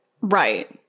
right